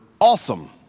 awesome